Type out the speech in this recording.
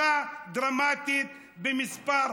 למחוק את זה שהשוטרים אמרו את זה למפגינים.